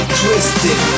twisted